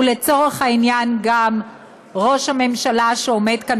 ולצורך העניין גם ראש הממשלה שעומד כאן